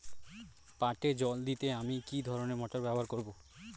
পাটে জল দিতে আমি কি ধরনের মোটর ব্যবহার করব?